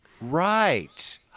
Right